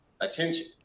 attention